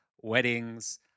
weddings